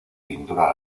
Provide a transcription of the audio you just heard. pintura